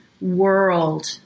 world